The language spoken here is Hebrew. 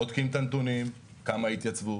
בודקים את הנתונים כמה התייצבו,